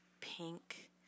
pink